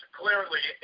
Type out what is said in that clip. clearly